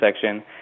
section